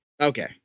okay